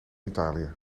italië